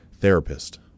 therapist